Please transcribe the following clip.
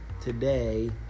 today